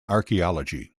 archaeology